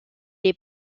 est